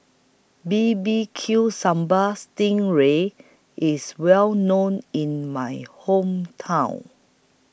B B Q Sambal Sting Ray IS Well known in My Hometown